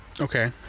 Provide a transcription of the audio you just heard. okay